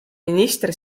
minister